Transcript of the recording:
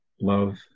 Love